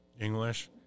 English